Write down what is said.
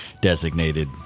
designated